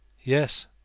Yes